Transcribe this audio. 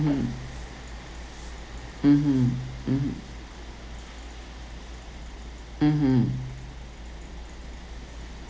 mm mmhmm mm mmhmm